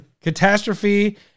catastrophe